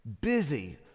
busy